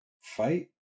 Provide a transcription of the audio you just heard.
fight